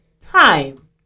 time